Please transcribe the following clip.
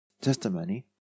testimony